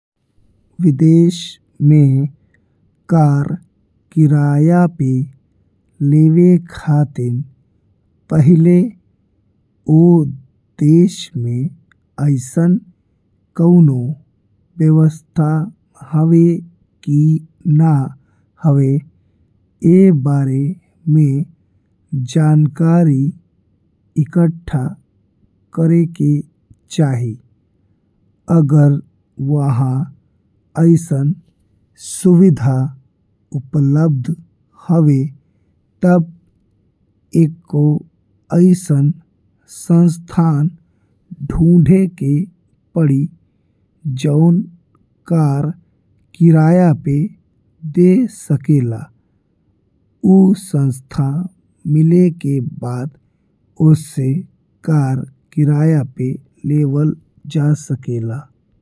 विदेश में कार किराया पे लेवे खातिर पहिले ऊ देश में अइसन कउनो व्यवस्था हवे कि ना हवे ए बारे में जानकारी इकट्ठा करे के चाही। अगर वहाँ अइसन सुविधा उपलब्ध हवे ता बा एगो अइसन संस्था खोजे के पड़ी जौन कार किराया पे दे सकेल, ऊ संस्था मिले के बाद ओसे कार किराया पे लेवल जा सकेला।